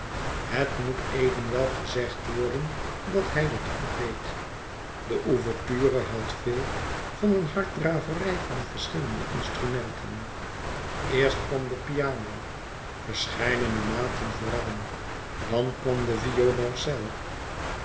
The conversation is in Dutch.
het moet evenwel gezegd worden dat hij dat goed deed de ouverture had veel van een harddraverij van verschillende instrumenten eerst kwam de piano verscheiden maten vooraan dan kwam de violoncel